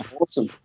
awesome